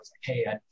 hey